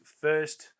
first